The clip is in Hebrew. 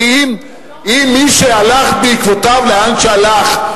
כי אם מי שהלכת בעקבותיו לאן שהלכת,